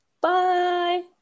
Bye